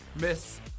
Miss